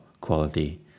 quality